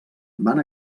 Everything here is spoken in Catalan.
van